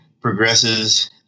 progresses